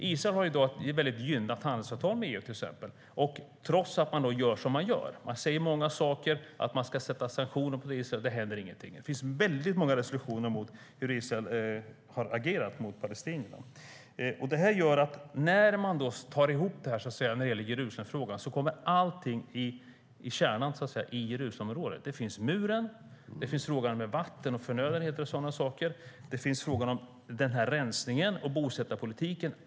Israel har till exempel ett gynnsamt handelsavtal med EU, trots att landet gör som det gör. Man säger att man ska införa sanktioner mot Israel, men det händer inget. Det finns också många resolutioner om hur Israel har agerat mot Palestina. Sammantaget blir Jerusalemområdet kärnan i detta. Här finns muren och frågorna om vatten och förnödenheter och om rensning och bosättarpolitik.